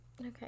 Okay